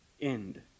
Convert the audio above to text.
end